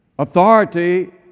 Authority